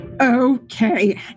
Okay